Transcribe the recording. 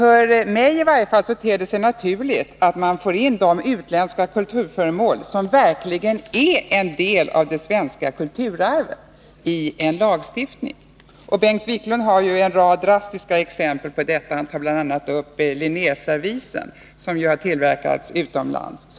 I varje fall för mig ter det sig naturligt att man får in i en lagstiftning de utländska kulturföremål som verkligen är en del av det svenska kulturarvet. Bengt Wiklund har ju anfört en del drastiska exempel på sådana. Bl. a. nämnde han Linnéservisen, som ju har tillverkats utomlands.